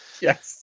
Yes